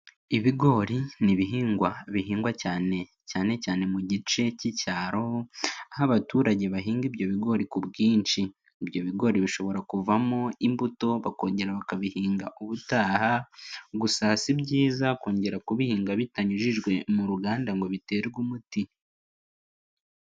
Ibigori n'ibihingwa bihingwa cyanecyane mu gice cy'icyaro, aho abaturage bahinga ibyo bigori ku bwinshi ibyo bigori bishobora kuvamo imbuto bakongera bakabihinga ubutaha gusa si byiza kongera kubihinga bitanyujijwe mu ruganda ngo biterwe umuti.